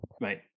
Right